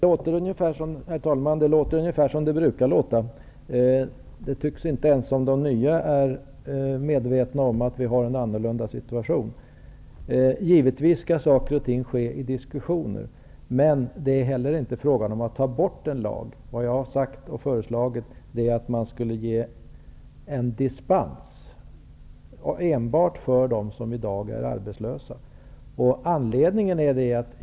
Herr talman! Det låter ungefär som det brukar låta. Inte ens de nya tycks vara medvetna om att vi har en annorlunda situation nu. Saker och ting skall givetvis ske i diskussion, men det är inte frågan om att ta bort en lag. Jag har föreslagit att man skulle ge en dispens enbart för dem som i dag är arbetslösa.